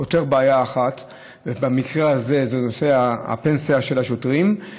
פותר בעיה אחת, במקרה הזה זה נושא הפנסיה של השוטרים,